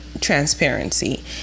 transparency